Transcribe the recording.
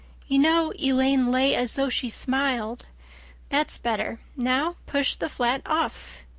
you know elaine lay as though she smiled that's better. now push the flat off.